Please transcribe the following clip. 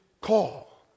call